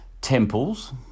temples